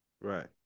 Right